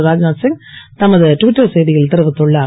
ராத்நாத் சிங் தமது ட்விட்டர் செய்தியில் தெரிவித்துள்ளார்